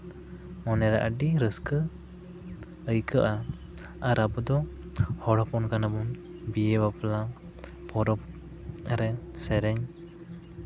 ᱢᱚᱱᱮᱨᱮ ᱟᱹᱰᱤ ᱨᱟᱹᱥᱠᱟᱹ ᱟᱹᱭᱠᱟᱹᱜᱼᱟ ᱟᱨ ᱟᱵᱚ ᱫᱚ ᱦᱚᱲ ᱦᱚᱯᱚᱱ ᱠᱟᱵᱟᱵᱚᱱ ᱵᱤᱦᱟᱹ ᱵᱟᱯᱞᱟ ᱯᱚᱨᱚᱵᱚᱽ ᱨᱮ ᱥᱮᱨᱮᱧ